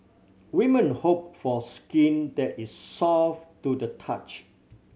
women hope for skin that is soft to the touch